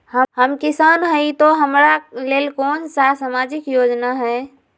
हम किसान हई तो हमरा ले कोन सा सामाजिक योजना है?